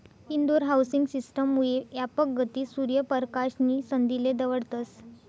Indore housing system मुये यापक गती, सूर्य परकाश नी संधीले दवडतस